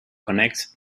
connects